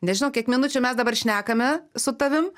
nežinau kiek minučių mes dabar šnekame su tavim